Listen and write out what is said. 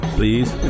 please